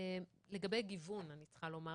לגבי גיוון אני צריכה לומר,